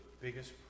biggest